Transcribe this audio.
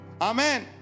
amen